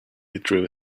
withdrew